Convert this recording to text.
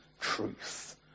truth